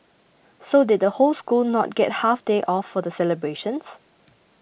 so did the whole school not get half day off for the celebrations